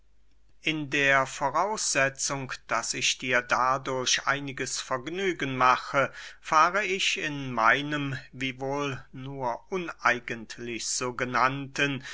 in der voraussetzung daß ich dir dadurch einiges vergnügen mache fahre ich in meinem wiewohl nur uneigentlich